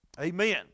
Amen